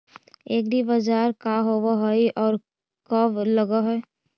एग्रीबाजार का होब हइ और कब लग है?